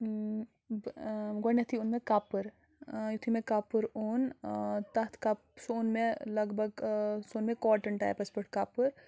بہٕ گۄڈنٮ۪تھٕے اوٚن مےٚ کَپٕر یُتھُے مےٚ کَپُر اوٚن تَتھ کَپ سُہ اوٚن مےٚ لگ بگ سُہ اوٚن مےٚ کاٹَن ٹایپَس پٮ۪ٹھ کَپُر